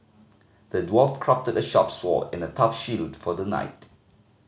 the dwarf crafted a sharp sword and a tough shield for the knight